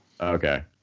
Okay